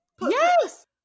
yes